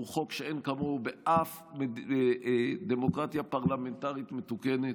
הוא חוק שאין כמוהו באף דמוקרטיה פרלמנטרית מתוקנת.